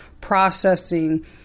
processing